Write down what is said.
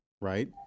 Right